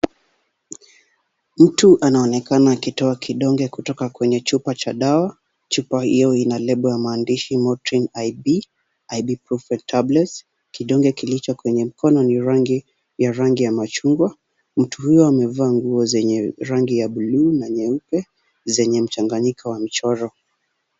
Mtu anaonekana akitoa kidonge kutoka kwenye chupa cha dawa, chupa hiyo ina lebo ya maandishi Motrin IB Ibuprofen Tablets . Kidonge kilicho kwenye mkono ni rangi ya rangi ya machungwa, mtu huyu amevaa nguo zenye rangi ya bluu na nyeupe zenye mchanganyiko wa mchoro.